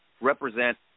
represent